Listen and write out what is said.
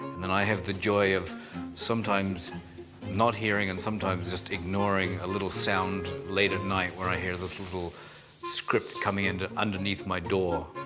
then i have the joy of sometimes not hearing and sometimes just ignoring a little sound late at night where i hear this little script coming in underneath my door,